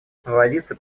проводиться